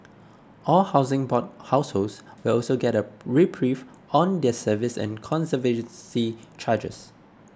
all Housing Board households will also get a reprieve on their service and conservancy charges